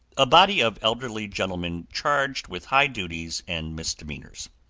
a body of elderly gentlemen charged with high duties and misdemeanors.